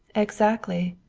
exactly,